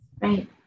Right